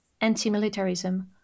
anti-militarism